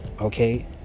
Okay